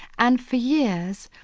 and for years,